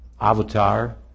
avatar